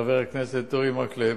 חבר הכנסת אורי מקלב,